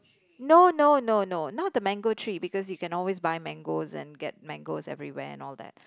no no no no not the mango tree because you can always buy mangoes and get mangoes everywhere and all that